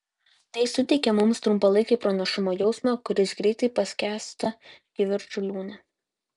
tai suteikia mums trumpalaikį pranašumo jausmą kuris greitai paskęsta kivirčų liūne